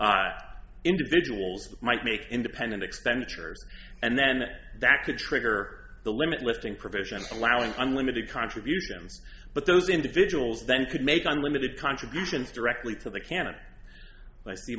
so individuals might make independent expenditures and then that could trigger the limit lifting provisions allowing unlimited contributions but those individuals then could make unlimited contributions directly to the can